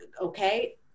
okay